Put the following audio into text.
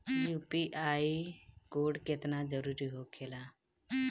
UPI code केतना जरुरी होखेला?